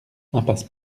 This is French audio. impasse